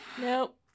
Nope